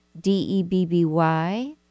D-E-B-B-Y